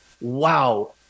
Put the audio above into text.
wow